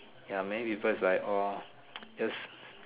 ya many people is like orh just